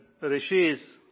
rishis